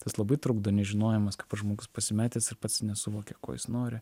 tas labai trukdo nežinojimas kai pats žmogus pasimetęs ir pats nesuvokia ko jis nori